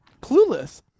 Clueless